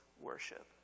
worship